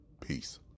Peace